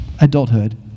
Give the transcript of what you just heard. adulthood